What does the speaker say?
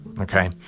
okay